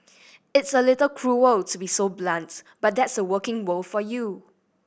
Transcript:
it's a little cruel to be so blunts but that's the working world for you